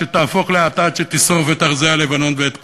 שתהפוך לאטד שישרוף את ארזי הלבנון ואת כולנו.